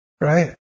Right